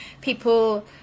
people